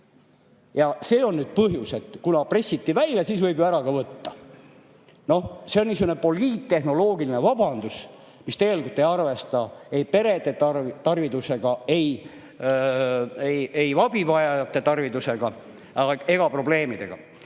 Ja see on põhjus, et kuna pressiti välja, siis võib ju ära võtta. Noh, see on niisugune poliittehnoloogiline vabandus, mis tegelikult ei arvesta ei perede tarvidusega, ei abivajajate tarvidusega ega probleemidega.